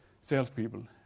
salespeople